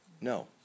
no